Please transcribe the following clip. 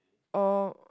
oh